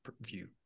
view